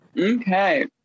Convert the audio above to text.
Okay